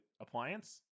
appliance